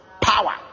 Power